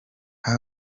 com